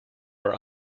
are